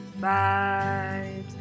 vibes